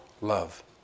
love